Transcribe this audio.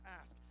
ask